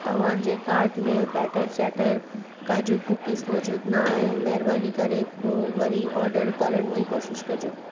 तव्हांजे काट में बैटर चैटर काजू कुकीस मौजूद न आहिन महिरबानी करे पोइ वरी ऑडर करण जी कोशिश कॼो